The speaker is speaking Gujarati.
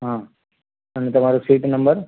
હં અને તમારો સીટ નંબર